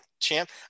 champ